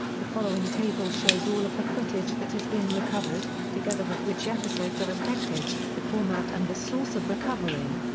the following table shows all of the footage that has been recovered, together with which episodes are affected, the format and the source of recovery.